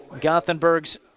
Gothenburg's